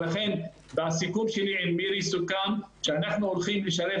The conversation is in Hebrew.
ולכן בסיכום שלי עם מירי סוכם שאנחנו הולכים לשלב